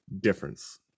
difference